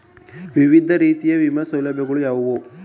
ವಿವಿಧ ರೀತಿಯ ವಿಮಾ ಸೌಲಭ್ಯಗಳು ಯಾವುವು?